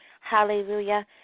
hallelujah